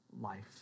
life